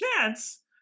chance